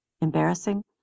embarrassing